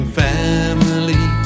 family